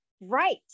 Right